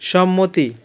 সম্মতি